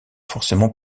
forcément